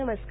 नमस्कार